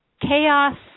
chaos